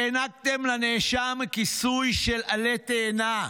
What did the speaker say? הענקתם לנאשם כיסוי של עלה תאנה.